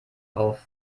auf